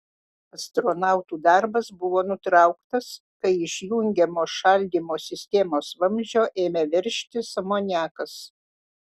astronautų darbas buvo nutrauktas kai iš jungiamo šaldymo sistemos vamzdžio ėmė veržtis amoniakas